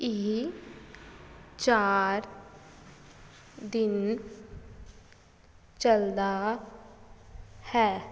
ਇਹ ਚਾਰ ਦਿਨ ਚੱਲਦਾ ਹੈ